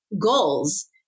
goals